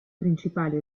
principali